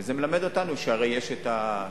וזה מלמד אותנו, שהרי יש השיתוף.